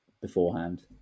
beforehand